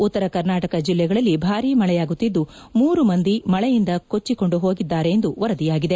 ಉತ್ತರ ಕರ್ನಾಟಕ ಜಿಲ್ಲೆಗಳಲ್ಲಿ ಭಾರೀ ಮಳೆಯಾಗುತ್ತಿದ್ದು ಮೂರು ಮಂದಿ ಮಳೆಯಿಂದ ಕೊಚ್ಚಿಕೊಂದು ಹೋಗಿದ್ದಾರೆ ಎಂದು ವರದಿಯಾಗಿದೆ